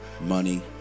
money